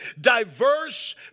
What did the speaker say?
diverse